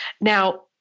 Now